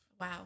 Wow